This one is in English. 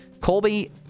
Colby